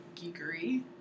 geekery